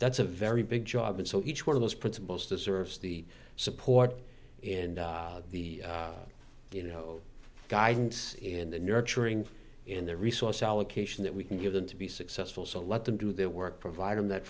that's a very big job and so each one of those principles deserves the support and the you know guidance and the nurturing and the resource allocation that we can give them to be successful so let them do their work provide in that